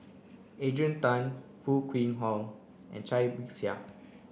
Adrian Tan Foo Kwee Horng and Cai Bixia